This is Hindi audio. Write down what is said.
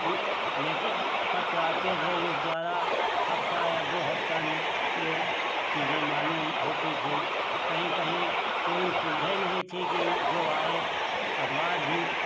ले लेटर पत्र आते थे उस द्वारा हफ़्ता या दो हफ़्ता में ये चीज़ें मालूम होती थी कहीं कहीं कोई सुविधे नहीं थी कि जो आए अखबार भी